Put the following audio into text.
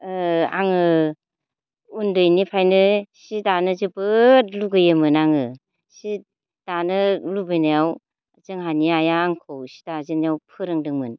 आंङो उन्दैनिफ्रायनो सि दानो जोबोर लुबैयोमोन आङो सि दानो लुबैनायाव जोंहानि आइआ आंखौ सि दाजेन्नायाव फोरोंदोंमोन